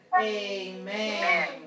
Amen